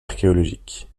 archéologique